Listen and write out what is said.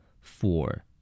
Four